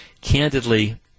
candidly